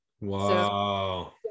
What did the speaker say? wow